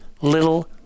little